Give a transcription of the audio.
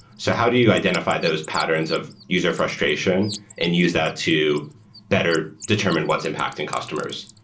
so how do you identify those patterns of user frustration and use that to better determine what's impacting customers.